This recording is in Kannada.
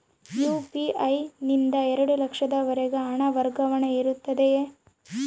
ಯು.ಪಿ.ಐ ನಿಂದ ಎರಡು ಲಕ್ಷದವರೆಗೂ ಹಣ ವರ್ಗಾವಣೆ ಇರುತ್ತದೆಯೇ?